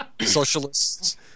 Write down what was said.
socialists